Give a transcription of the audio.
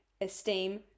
esteem